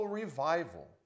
revival